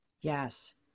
Yes